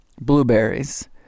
blueberries